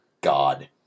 God